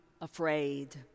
afraid